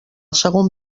segon